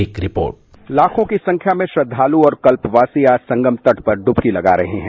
एक रिपोर्ट लाखों की संख्या में श्रद्वालु और कल्पवासी आज संगम तट पर डुबकी लगा रहे हैं